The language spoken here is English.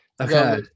okay